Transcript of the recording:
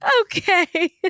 Okay